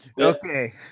okay